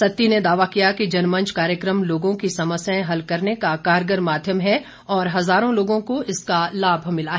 सत्ती ने दावा किया कि जनमंच कार्यक्रम लोगों की समस्याएं हल करने का कारगर माध्यम है और हज़ारों लोगों को इसका लाभ मिला है